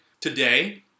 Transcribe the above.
Today